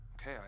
Okay